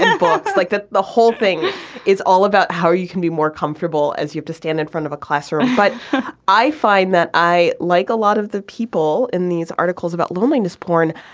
and box like the the whole thing is all about how you can be more comfortable as you stand in front of a classroom. but i find that i like a lot of the people in these articles about loneliness porn.